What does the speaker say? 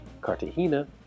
Cartagena